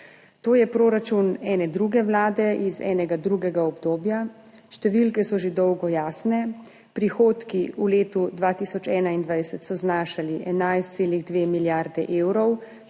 To je proračun ene druge vlade iz enega drugega obdobja. Številke so že dolgo jasne. Prihodki v letu 2021 so znašali 11,2 milijarde evrov,